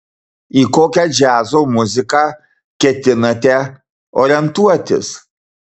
į kokią džiazo muziką ketinate orientuotis